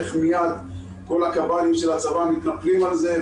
איך מיד כל הקב"נים של הצבא מתנפלים על זה,